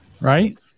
Right